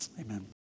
Amen